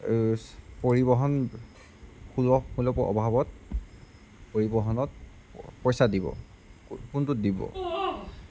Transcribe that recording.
পৰিবহণ সুলভ মূল্য অভাৱত পৰিবহণত পইচা দিব কোনটোত দিব